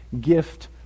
gift